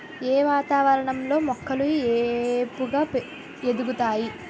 ఏ వాతావరణం లో మొక్కలు ఏపుగ ఎదుగుతాయి?